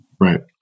right